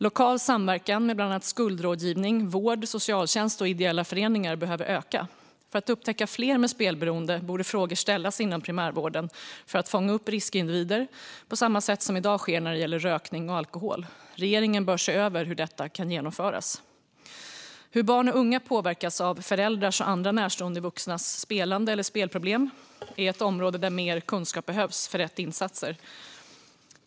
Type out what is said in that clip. Lokal samverkan mellan bland annat skuldrådgivning, vård, socialtjänst och ideella föreningar behöver öka. För att upptäcka fler med spelberoende borde frågor ställas inom primärvården för att fånga upp riskindivider på samma sätt som i dag sker när det gäller rökning och alkohol. Regeringen bör se över hur detta kan genomföras. Hur barn och unga påverkas av föräldrars och andra närstående vuxnas spelande eller spelproblem är ett område där mer kunskap behövs för rätt insatser.